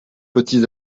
petits